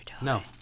no